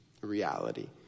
reality